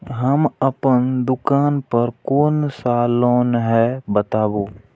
हम अपन दुकान पर कोन सा लोन हैं बताबू?